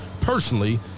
personally